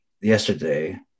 yesterday